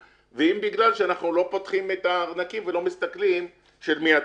ואם בגלל שאנחנו לא פותחים את הארנקים ולא מסתכלים של מי התמונה.